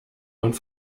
und